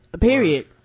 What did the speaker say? Period